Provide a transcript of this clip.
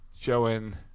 showing